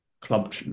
club